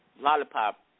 lollipop